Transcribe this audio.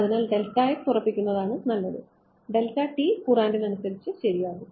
അതിനാൽ ഉറപ്പിക്കുന്നത് നല്ലതാണ് കുറാൻറിന് അനുസരിച്ച് ശരിയാകും